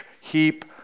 heap